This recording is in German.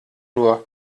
nur